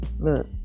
Look